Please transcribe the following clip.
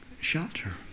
shelter